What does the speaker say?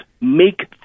make